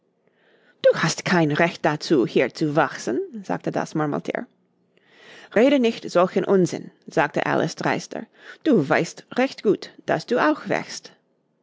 du hast kein recht dazu hier zu wachsen sagte das murmelthier rede nicht solchen unsinn sagte alice dreister du weißt recht gut daß du auch wächst